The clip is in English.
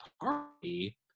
Party